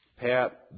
Pat